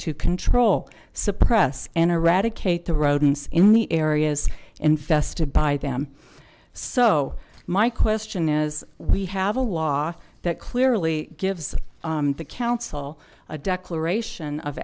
to control suppress and eradicate the rodents in the areas infested by them so my question is we have a law that clearly gives the council a declaration of